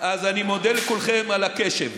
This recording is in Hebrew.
אז אני מודה לכולכם על הקשב.